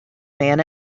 man